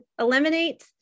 eliminate